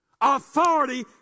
Authority